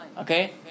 Okay